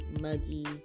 muggy